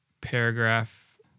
paragraph